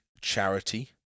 charity